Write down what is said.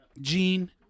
Gene